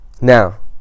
Now